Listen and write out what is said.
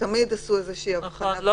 תמיד עשו איזושהי הבחנה ונתנו --- נכון,